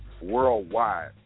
worldwide